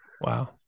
Wow